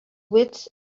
wits